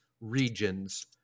regions